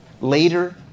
later